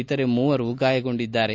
ಇತರೆ ಮೂವರು ಗಾಯಗೊಂಡಿದ್ದಾರೆ